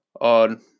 on